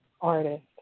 artist